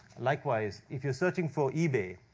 likewise, if you're searching for ebay,